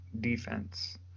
defense